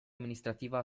amministrativa